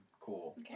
Cool